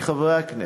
מחברי הכנסת,